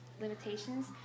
limitations